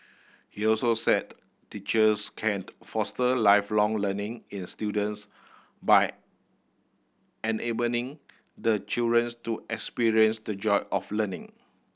he also said teachers can't foster Lifelong Learning in students by enabling the children to experience the joy of learning